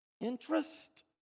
interest